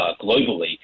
globally